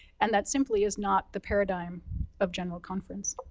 and that simply is not the paradigm of general conference.